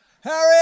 Harry